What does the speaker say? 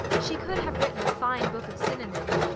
she could have written a fine book of synonyms,